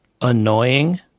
annoying